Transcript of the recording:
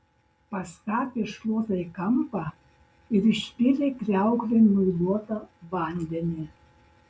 pastatė šluotą į kampą ir išpylė kriauklėn muiliną vandenį